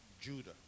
Judah